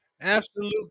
absolute